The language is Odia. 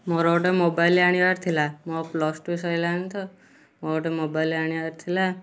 ମୋର ଗୋଟେ ମୋବାଇଲ ଆଣିବାର ଥିଲା ମୋର ପ୍ଲସ ଟୁ ସଇଲାଣି ତ ମୋର ଗୋଟେ ମୋବାଇଲ ଆଣିବାର ଥିଲା